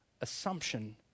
assumption